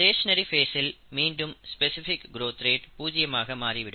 stationary ஃபேஸ்சில் மீண்டும் specific growth rate பூஜ்ஜியமாக மாறிவிடும்